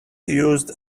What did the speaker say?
used